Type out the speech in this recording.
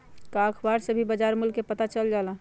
का अखबार से भी बजार मूल्य के पता चल जाला?